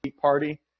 party